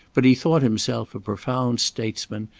but he thought himself a profound statesman,